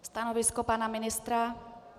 Stanovisko pana ministra?